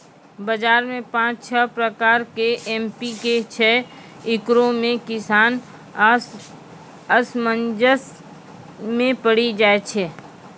बाजार मे पाँच छह प्रकार के एम.पी.के छैय, इकरो मे किसान असमंजस मे पड़ी जाय छैय?